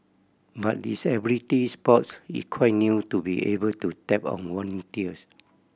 but disability sports is quite new to be able to tap on volunteers